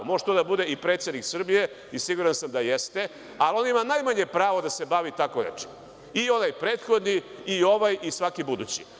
Može to da bude i predsednik Srbije, i siguran sam da jeste, ali on ima najmanje prava da se bavi tako nečim, i onaj prethodni, i ovaj i svaki budući.